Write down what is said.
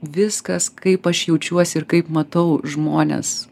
viskas kaip aš jaučiuosi ir kaip matau žmones